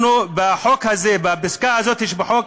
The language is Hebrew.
אנחנו בחוק הזה, בפסקה הזאת שבחוק,